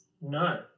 No